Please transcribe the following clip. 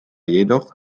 jedoch